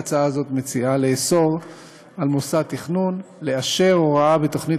בהצעה הזאת מוצע לאסור על מוסד תכנון לאשר הוראה בתוכנית